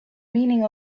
meaning